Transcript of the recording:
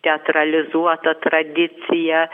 teatralizuota tradicija